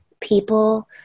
people